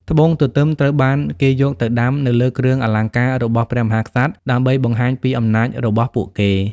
ត្បូងទទឹមត្រូវបានគេយកទៅដាំនៅលើគ្រឿងអលង្ការរបស់ព្រះមហាក្សត្រដើម្បីបង្ហាញពីអំណាចរបស់ពួកគេ។